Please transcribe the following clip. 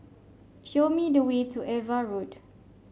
show me the way to Ava Road